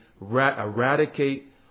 eradicate